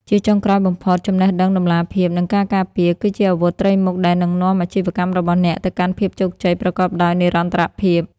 ជាចុងក្រោយបំផុត "ចំណេះដឹង តម្លាភាព និងការការពារ" គឺជាអាវុធត្រីមុខដែលនឹងនាំអាជីវកម្មរបស់អ្នកទៅកាន់ភាពជោគជ័យប្រកបដោយនិរន្តរភាព។